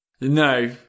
No